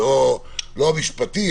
לא המשפטי.